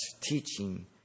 teaching